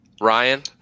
ryan